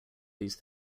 these